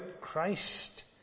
Christ